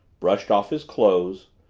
brushed off his clothes,